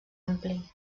ampli